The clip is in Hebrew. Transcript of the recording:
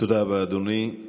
תודה רבה, אדוני.